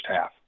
half